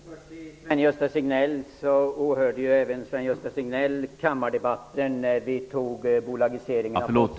Herr talman! Även Sven-Gösta Signell åhörde den kammardebatt som hölls då vi antog förslaget om bolagisering av Posten.